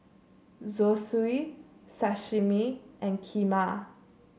Zosui Sashimi and Kheema